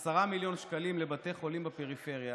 10 מיליון שקלים לבתי חולים בפריפריה,